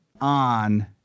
on